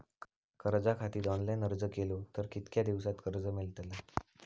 कर्जा खातीत ऑनलाईन अर्ज केलो तर कितक्या दिवसात कर्ज मेलतला?